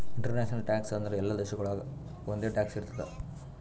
international tax ಅಂದುರ್ ಎಲ್ಲಾ ದೇಶಾಗೊಳಿಗ್ ಒಂದೆ ಟ್ಯಾಕ್ಸ್ ಇರ್ತುದ್